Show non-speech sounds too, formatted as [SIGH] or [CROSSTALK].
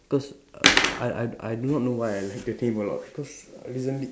cause [NOISE] I I I do not know why I like that name a lot cause recently